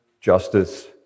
justice